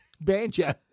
Banjo